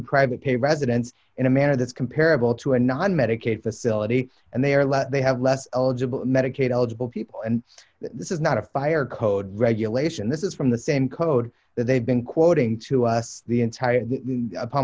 private pay residents in a manner that's comparable to a non medicaid facility and they are less they have less eligible medicaid eligible people and this is not a fire code regulation this is from the same code that they've been quoting to us the entire upon